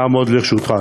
נעמוד לרשותך.